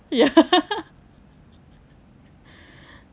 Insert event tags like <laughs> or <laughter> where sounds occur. ya <laughs>